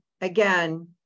Again